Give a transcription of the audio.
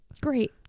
Great